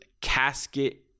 casket